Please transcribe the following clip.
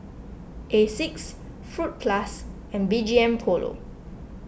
Asics Fruit Plus and B G M Polo